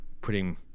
putting